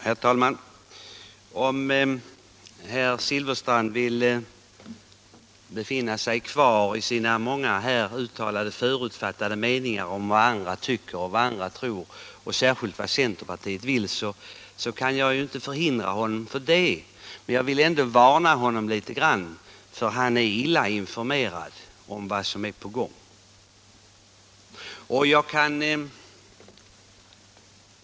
Herr talman! Om herr Silfverstrand vill behålla sina många här uttalade förutfattade meningar om vad andra tycker och tror, och särskilt vad centerpartiet vill, så kan jag inte hindra honom från det. Jag vill ändå varna honom litet grand, för han är illa informerad om vad som är på gång.